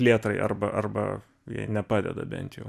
plėtrai arba arba jie nepadeda bent jau